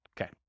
Okay